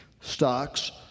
Stocks